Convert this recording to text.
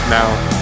Now